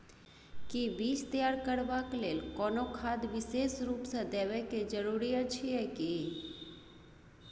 कि बीज तैयार करबाक लेल कोनो खाद विशेष रूप स देबै के जरूरी अछि की?